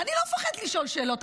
אני לא מפחדת לשאול שאלות.